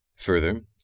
Further